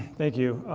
thank you.